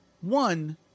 one